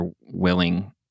willing